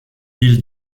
ils